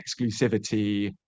exclusivity